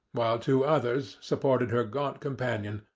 while two others supported her gaunt companion,